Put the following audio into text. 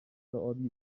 آبی